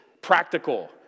practical